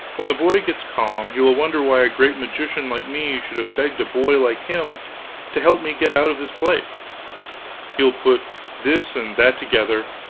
when the boy gets calm, he will wonder why a great magician like me should have begged a boy like him to help me get out of this place he will put this and that together,